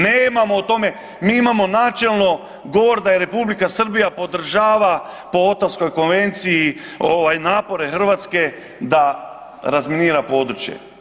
Nemamo o tome, mi imamo načelno govor da je Republika Srbija podržava po Otavskoj konvenciji ovaj napore Hrvatske da razminira područje.